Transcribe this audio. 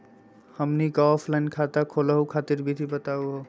हमनी क ऑफलाइन खाता खोलहु खातिर विधि बताहु हो?